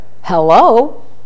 Hello